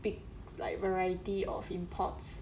big like variety of imports